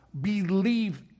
believe